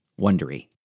Wondery